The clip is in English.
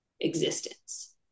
existence